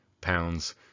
pounds